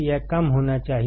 यह कम होना चाहिए